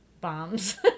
bombs